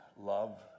love